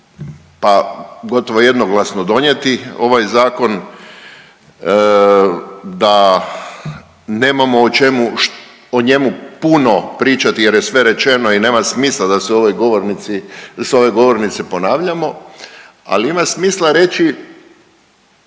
gotovo jednoglasno donijeti ovaj zakon da nemamo o čemu, o njemu puno pričati jer je sve rečeno i nema smisla da se u ovoj govornici, s ove govornice ponavljamo, ali ima smisla reći